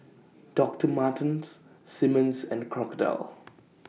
Doctor Martens Simmons and Crocodile